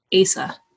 Asa